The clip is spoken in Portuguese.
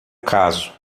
caso